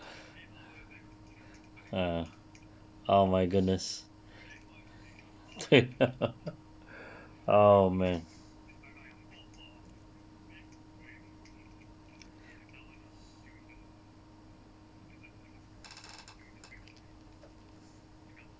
uh oh my goodness oh man